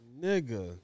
Nigga